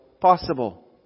possible